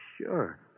Sure